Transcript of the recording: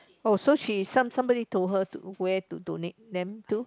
oh she some somebody told her to where to donate then to